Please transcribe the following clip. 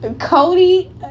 Cody